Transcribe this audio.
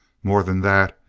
more than that,